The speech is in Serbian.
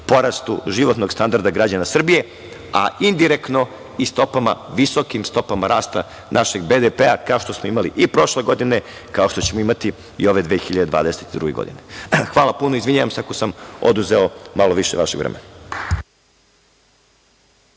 porastu životnog standarda građana Srbije, a indirektno i stopama, visokom stopama rasta našeg BDP, kao što smo imali i prošle godine, kao što ćemo imati i ove 2022. godine. Hvala vam puno i izvinjavam se ako sam oduzeo malo više vremena.